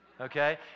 Okay